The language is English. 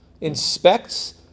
inspects